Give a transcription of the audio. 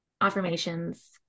affirmations